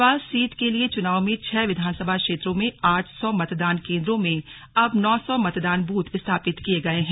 Garhwal seat के लिए चुनाव में छह विधानसभा क्षेत्रों में आठ सौ मतदान केन्द्रों में अब नौ सौ मतदान बूथ स्थापित किये गए हैं